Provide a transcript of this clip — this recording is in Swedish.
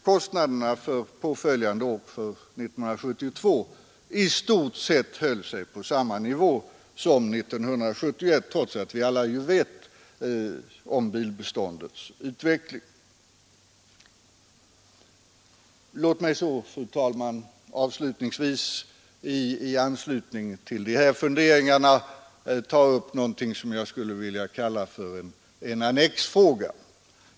Kostnaderna höll sig för påföljande år på samma nivå som 1971, trots bilbeståndets tillväxt. Låt mig så, fru talman, avslutningsvis i anslutning till de här funderingarna ta upp någonting som jag skulle vilja kalla en annexfråga.